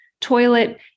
toilet